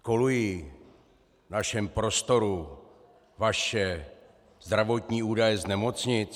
Kolují v našem prostoru vaše zdravotní údaje z nemocnic?